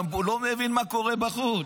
לא מבין מה קורה בחוץ.